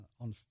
on